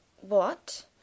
What